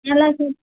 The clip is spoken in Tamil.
நல்லா சே